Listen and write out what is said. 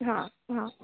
हां हां